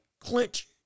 clinch